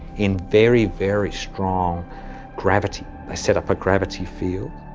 in very, very strong gravity they set up a gravity field,